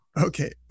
Okay